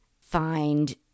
find